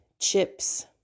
chips